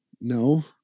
No